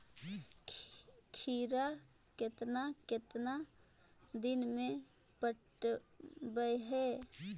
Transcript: खिरा केतना केतना दिन में पटैबए है?